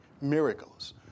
miracles